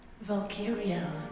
Valkyria